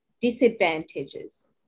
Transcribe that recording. disadvantages